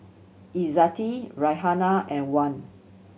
Izzati Raihana and Wan